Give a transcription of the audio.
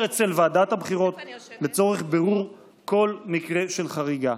אצל ועדת הבחירות לצורך בירור כל מקרה של חריגה,